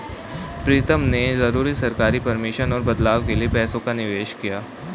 प्रीतम ने जरूरी सरकारी परमिशन और बदलाव के लिए पैसों का निवेश किया